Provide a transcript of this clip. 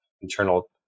internal